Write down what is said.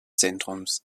zentrums